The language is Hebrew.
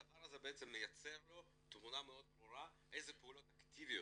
הדבר הזה מייצר לו תמונה מאוד ברורה אילו פעולות אקטיביות